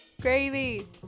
Gravy